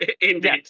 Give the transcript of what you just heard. Indeed